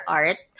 art